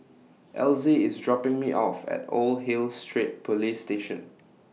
Elzy IS dropping Me off At Old Hill Street Police Station